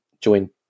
join